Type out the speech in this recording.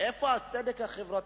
איפה סדר העדיפויות?